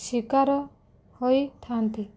ଶିକାର ହୋଇଥାନ୍ତି